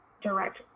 direct